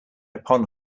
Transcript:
upon